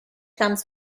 comes